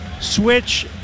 switch